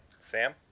Sam